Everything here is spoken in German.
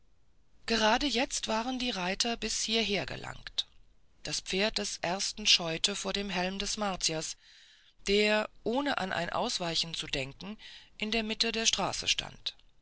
gerade jetzt waren die reiter bis hierher gelangt das pferd des ersten scheute vor dem helm des martiers der ohne an ein ausweichen zu denken in der mitte der straße stand